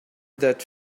that